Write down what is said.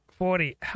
Forty